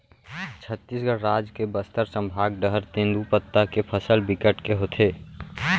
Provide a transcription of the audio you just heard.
छत्तीसगढ़ राज के बस्तर संभाग डहर तेंदूपत्ता के फसल बिकट के होथे